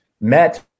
met